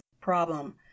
problem